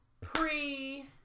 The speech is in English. pre